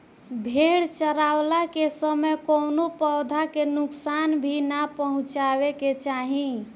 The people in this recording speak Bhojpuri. भेड़ चरावला के समय कवनो पौधा के नुकसान भी ना पहुँचावे के चाही